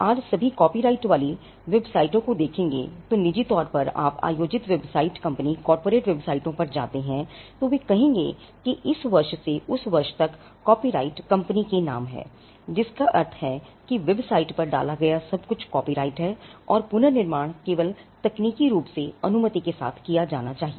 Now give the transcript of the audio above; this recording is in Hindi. आज सभी कॉपीराइट वाली वेबसाइटों को देखें यदि आप निजी तौर पर आयोजित वेबसाइटों कंपनी कॉर्पोरेट वेबसाइटों पर जाते हैं तो वे कहेंगे कि इस वर्ष से उस वर्ष तक कॉपीराइट कंपनी के नाम है जिसका अर्थ है कि वेबसाइट पर डाला गया सब कुछ कॉपीराइट है और पुनर्निर्माण केवल तकनीकी रूप से अनुमति के साथ किया जाना चाहिए